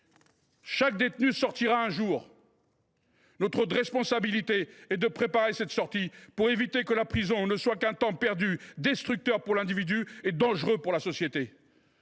Chaque détenu sortira un jour. Notre responsabilité est de préparer cette sortie pour éviter que la prison ne soit qu’un temps perdu, destructeur pour l’individu et dangereux pour la société.